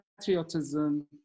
patriotism